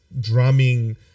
drumming